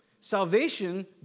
Salvation